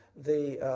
the